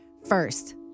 First